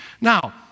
Now